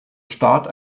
staat